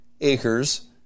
acres